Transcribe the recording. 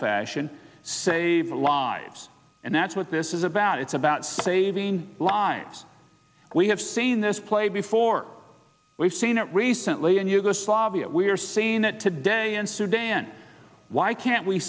fashion save lives and that's what this is about it's about saving lives we have seen this play before we've seen it recently in yugoslavia we are saying that today in sudan why can't we